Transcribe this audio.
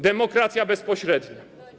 Demokracja bezpośrednia.